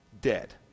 dead